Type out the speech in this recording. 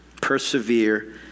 Persevere